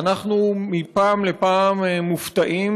ואנחנו מפעם לפעם מופתעים,